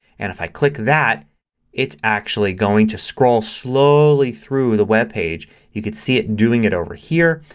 and if i click that it's actually going to scroll slowly through the webpage. you can see it doing it over here.